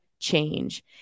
change